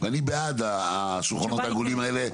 אני בעד השולחנות העגולים האלה.